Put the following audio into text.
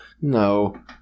No